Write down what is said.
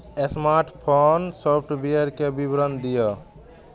smartphone सॉफ्टवेयरके विवरण दिअ